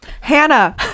Hannah